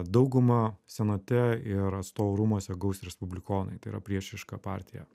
daugumą senate ir atstovų rūmuose gaus respublikonai tai yra priešiška partija